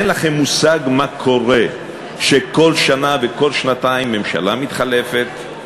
אין לכם מושג מה קורה כשכל שנה וכל שנתיים ממשלה מתחלפת.